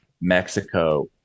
Mexico